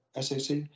SAC